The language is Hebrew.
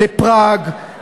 לפראג,